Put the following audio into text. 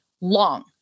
long